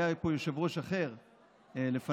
היה פה יושב-ראש אחר לפניך,